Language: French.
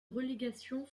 relégation